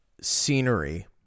scenery